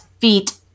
feet